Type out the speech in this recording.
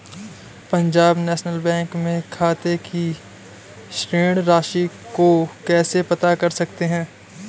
Punjab national bank में खाते की शेष राशि को कैसे पता कर सकते हैं?